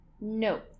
No